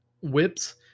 whips